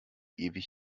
ewig